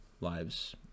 lives